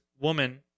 woman